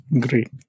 Great